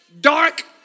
dark